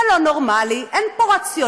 זה לא נורמלי, אין פה רציונל.